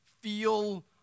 feel